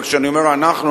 וכשאני אומר "אנחנו",